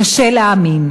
כי קשה להאמין.